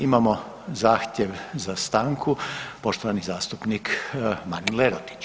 Imamo zahtjev za stanku, poštovani zastupnik Marin Lerotić.